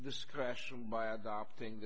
discretion by adopting